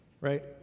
right